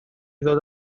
ddod